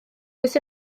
does